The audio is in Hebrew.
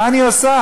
מה אני עושה?